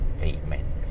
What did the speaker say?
Amen